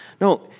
No